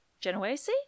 Genoese